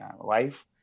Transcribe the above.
wife